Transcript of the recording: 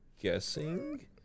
guessing